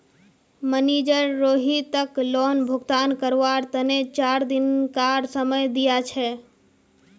manager रोहितक loan भुगतान करवार तने चार दिनकार समय दिया छे